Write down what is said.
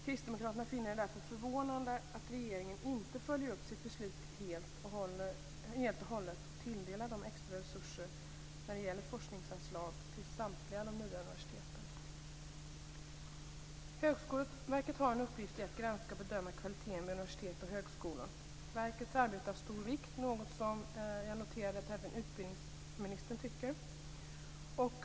Kristdemokraterna finner det därför förvånande att regeringen inte följer upp sitt beslut helt och hållet och tilldelar extra resurser när det gäller forskningsanslag till samtliga nya universitet. Högskoleverket har en uppgift i att granska och bedöma kvaliteten vid universitet och högskolor. Verkets arbete är av stor vikt - något som jag noterade att även utbildningsministern tycker.